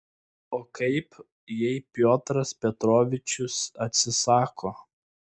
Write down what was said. o kaip jei piotras petrovičius atsisako